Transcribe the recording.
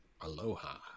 Aloha